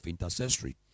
intercessory